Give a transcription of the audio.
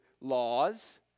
laws